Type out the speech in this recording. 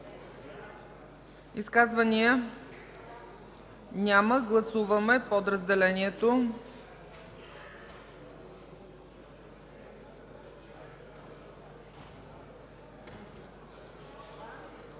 Изказвания? Няма. Гласуваме подразделението.